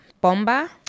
bomba